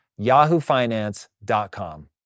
yahoofinance.com